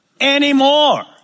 anymore